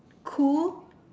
cool